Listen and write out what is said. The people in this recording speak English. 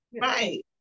Right